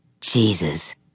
Jesus